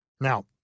Now